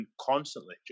constantly